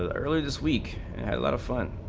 ah early this week and a lot of fun